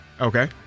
Okay